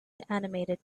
animated